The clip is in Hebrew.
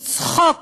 עושים צחוק